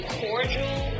cordial